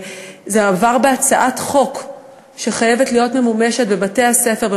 זה עבר בהצעת חוק שחייבת להיות ממומשת בבתי-הספר,